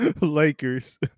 Lakers